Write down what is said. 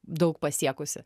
daug pasiekusi